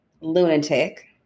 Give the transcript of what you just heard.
lunatic